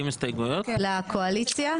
לקואליציה?